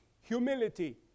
Humility